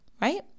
right